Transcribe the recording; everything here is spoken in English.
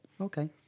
Okay